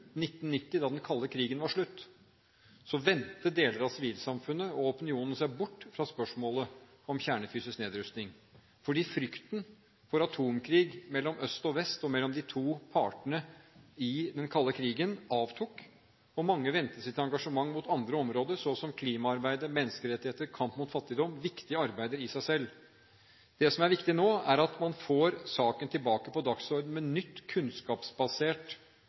1990, da den kalde krigen var slutt, vendte deler av sivilsamfunnet og opinionen seg bort fra spørsmålet om kjernefysisk nedrustning. Frykten for atomkrig mellom øst og vest, mellom de to partene i den kalde krigen, avtok, og mange vendte sitt engasjement mot andre områder, slik som klimaarbeid, menneskerettigheter og kamp mot fattigdom – viktige arbeider i seg selv. Det som er viktig nå, er at man får saken tilbake på dagsordenen med nytt, kunnskapsbasert